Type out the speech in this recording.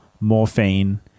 Morphine